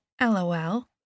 LOL